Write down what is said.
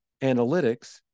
analytics